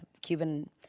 Cuban